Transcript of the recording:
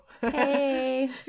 Hey